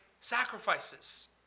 sacrifices